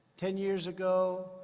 ten years ago,